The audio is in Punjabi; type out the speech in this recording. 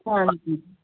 ਹਾਂਜੀ